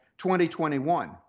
2021